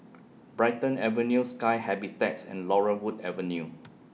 Brighton Avenue Sky Habitats and Laurel Wood Avenue